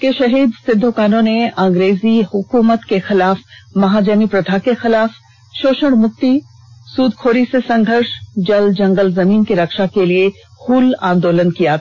कि षहीद सिद्ध कान्हू ने अंग्रेजी हुकुमत के खिलाफ महाजनी प्रथा के खिलाफ शोषण से मुक्ति सुदखोरी से संघर्ष जल जंगल जमीन की रक्षा के लिए हूल आंदोलन किया था